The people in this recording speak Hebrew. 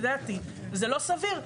לדעתי זה לא סביר.